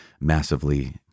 massively